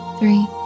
three